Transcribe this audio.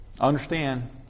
understand